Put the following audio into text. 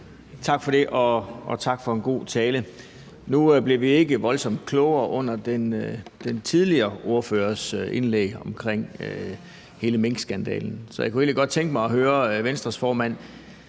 Tak for det, og tak for en god tale. Nu blev vi ikke voldsomt klogere under den tidligere ordførers indlæg omkring hele minkskandalen, så jeg kunne egentlig godt tænke mig at høre Venstres formand